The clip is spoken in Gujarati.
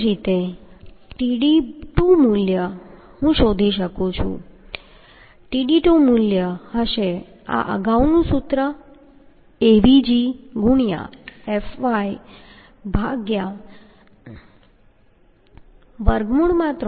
એ જ રીતે હું Tdb2 મૂલ્ય શોધી શકું છું Tdb2 મૂલ્ય હશે આ અગાઉનું સૂત્ર Avgfy3 ɣm00